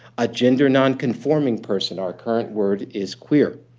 a gender non-conforming person our current word is queer.